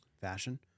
Fashion